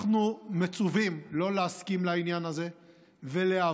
אנחנו מצווים לא להסכים לעניין הזה ולהיאבק.